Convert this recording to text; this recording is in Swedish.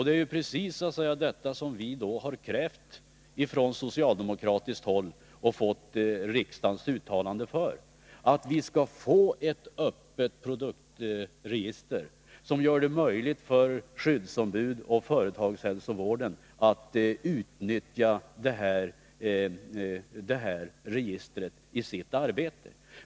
Det är precis detta som vi har krävt från socialdemokratiskt håll och fått riksdagens uttalande för — att vi skall få ett öppet produktregister, som skyddsombud och företagshälsovård kan utnyttja i sitt arbete.